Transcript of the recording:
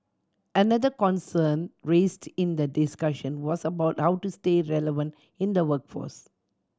another concern raised in the discussion was about how to stay relevant in the workforce